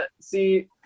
see